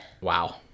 Wow